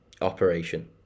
operation